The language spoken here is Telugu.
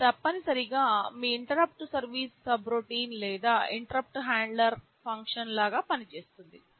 ఇది తప్పనిసరిగా మీ ఇంటరుప్పుట్ సర్వీస్ సబ్రోటిన్ లేదా ఇంటరుప్పుట్ హ్యాండ్లర్ ఫంక్షన్ లాగా పని చేస్తుంది